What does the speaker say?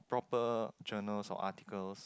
proper journals or articles